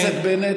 חבר הכנסת בנט,